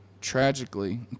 tragically